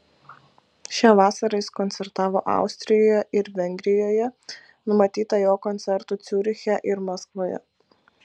šią vasarą jis koncertavo austrijoje ir vengrijoje numatyta jo koncertų ciuriche ir maskvoje